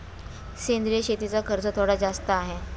सेंद्रिय शेतीचा खर्च थोडा जास्त आहे